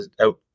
out